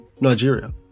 nigeria